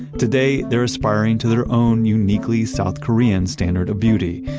today, they're aspiring to their own uniquely south korean standard of beauty,